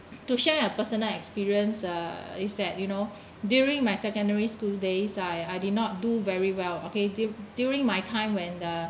to share a personal experience uh is that you know during my secondary school days I I did not do very well okay during my time when uh